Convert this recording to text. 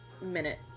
minute